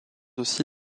aussi